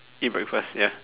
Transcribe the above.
eat breakfast ya